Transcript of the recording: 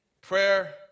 Prayer